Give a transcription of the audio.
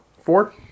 Four